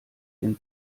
den